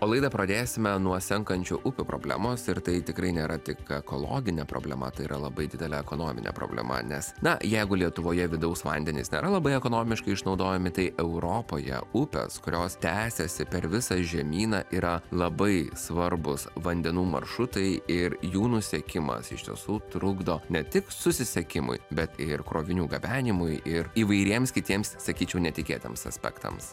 o laidą pradėsime nuo senkančių upių problemos ir tai tikrai nėra tik ekologinė problema tai yra labai didelė ekonominė problema nes na jeigu lietuvoje vidaus vandenys nėra labai ekonomiškai išnaudojami tai europoje upės kurios tęsiasi per visą žemyną yra labai svarbūs vandenų maršrutai ir jų nusekimas iš tiesų trukdo ne tik susisiekimui bet ir krovinių gabenimui ir įvairiems kitiems sakyčiau netikėtiems aspektams